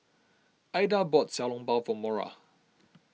Aida bought Xiao Long Bao for Mora